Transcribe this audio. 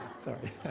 Sorry